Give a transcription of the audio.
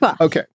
Okay